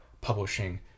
publishing